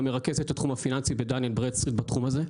מרכז את התחום הפיננסי ב"דן אנד ברדסטריט" בתחום הזה.